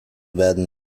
werden